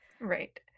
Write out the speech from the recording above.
Right